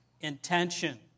intention